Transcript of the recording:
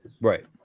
Right